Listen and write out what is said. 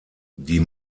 die